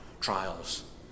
trials